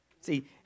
See